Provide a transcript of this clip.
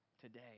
Today